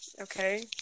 okay